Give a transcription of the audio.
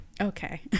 okay